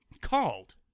called